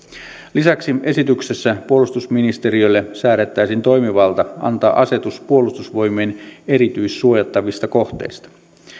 lisäksi esityksessä puolustusministeriölle säädettäisiin toimivalta antaa asetus puolustusvoimien erityissuojattavista kohteista